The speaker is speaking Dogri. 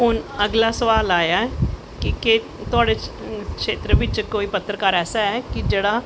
हून अगला सोआल आया ऐ कि तोआड़े क्षेत्र बिच्च कोई पत्तरकार ऐसा है जेह्ड़ा